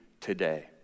today